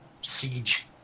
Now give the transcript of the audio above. Siege